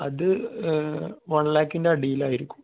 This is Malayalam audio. അത് വൺ ലാക്കിൻ്റെ അടിയിൽ ആയിരിക്കും